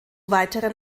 weiteren